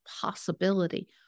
possibility